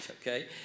okay